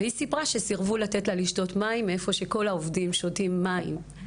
היא סיפרה שסירבו לתת לה לשתות מים מהמקום שכל העובדים שותים מים.